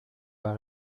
pas